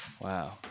Wow